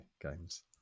games